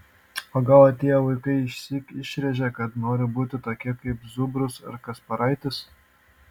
o gal atėję vaikai išsyk išrėžia kad nori būti tokie kaip zubrus ar kasparaitis